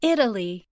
Italy